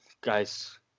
guys